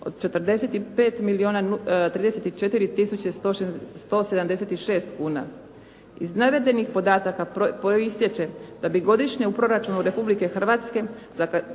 od 45 milijuna 34 tisuće 176 kuna. Iz navedenih podataka proistječe da bi godišnje u proračunu Republike Hrvatske